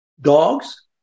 Dogs